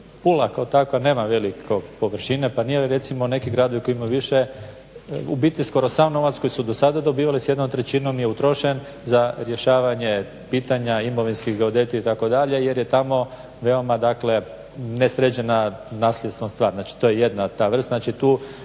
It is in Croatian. Pula kao takva nema velike površine, pa nije li recimo neki gradovi koji imaju više ubiti skoro sav novac koji su do sada dobivali, s jednom trećinom je utrošen za rješavanje pitanja imovinskih, geodeti itd. Jer je tamo veoma dakle, nesređena nasljedna stvar, znači to je jedna ta vrsta.